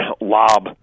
lob